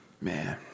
Man